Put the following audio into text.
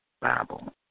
Bible